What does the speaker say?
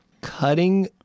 Cutting